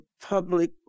public